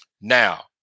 Now